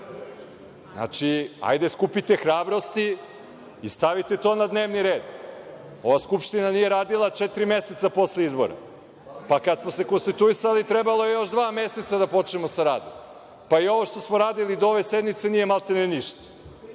hajde skupite hrabrosti i stavite to na dnevni red. Ova Skupština nije radila četiri meseca posle izbora. Pa, kad smo se konstituisali trebalo je još dva meseca da počnemo sa radom. Pa, i ono što smo radili do ove sednice, nije maltene ništa.